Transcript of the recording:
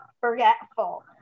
forgetful